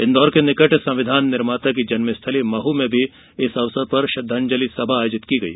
इंदौर के निकट संविधान निर्माता की जन्मस्थली महू में श्रद्धांजलि सभा आयोजित की गई